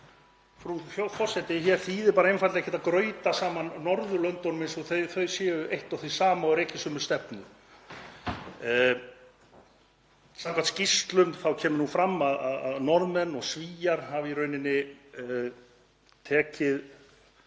Frú forseti. Hér þýðir bara einfaldlega ekki að grauta saman Norðurlöndunum eins og þau séu eitt og hið sama og reki sömu stefnu. Samkvæmt skýrslum kemur nú fram að Norðmenn og Svíar hafi í rauninni tekið